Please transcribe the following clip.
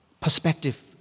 perspective